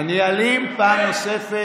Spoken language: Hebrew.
אני אלים, פעם נוספת.